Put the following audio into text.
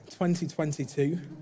2022